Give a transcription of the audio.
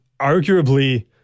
arguably